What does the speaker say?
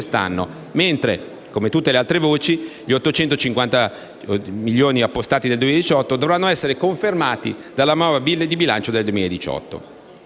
quest'anno, mentre - come tutte le altre voci - gli 885 milioni appostati nel 2018 dovranno essere confermati dalla manovra di bilancio 2018.